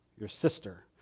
your sister?